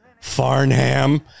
Farnham